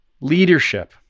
leadership